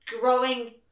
growing